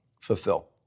fulfill